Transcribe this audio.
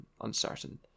uncertain